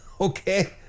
okay